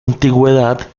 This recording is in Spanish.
antigüedad